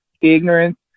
ignorance